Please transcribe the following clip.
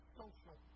social